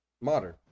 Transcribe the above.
Modern